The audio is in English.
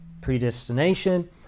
predestination